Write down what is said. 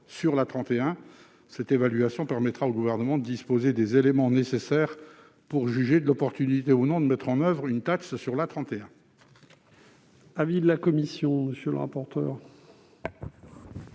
sur l'A31, laquelle permettra au Gouvernement de disposer des éléments nécessaires pour juger de l'opportunité ou non de mettre en oeuvre une taxe sur cet